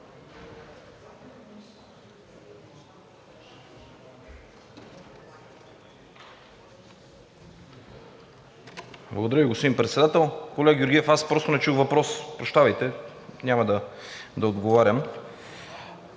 Благодаря Ви, господин Председател. Колега Георгиев, аз просто не чух въпрос – прощавайте, няма да отговарям.